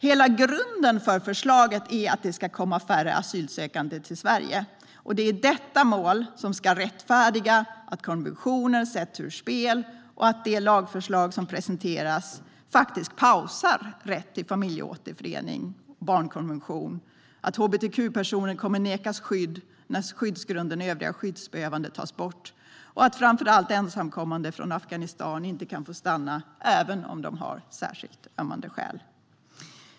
Hela grunden för förslaget är att det ska komma färre asylsökande till Sverige. Det är detta mål som ska rättfärdiga att konventioner sätts ur spel och att det lagförslag som presenteras faktiskt pausar rätt till familjeåterförening och barnkonvention. Det ska rättfärdiga att hbtq-personer kommer att nekas skydd när skyddsgrunden övriga skyddsbehövande tas bort och att framför allt ensamkommande från Afghanistan inte kan få stanna, även om de har särskilt ömmande skäl.